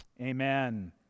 Amen